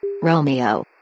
Romeo